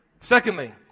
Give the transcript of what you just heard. Secondly